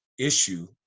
issue